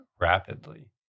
rapidly